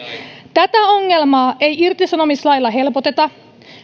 tätä ongelmaa ei irtisanomislailla helpoteta vaan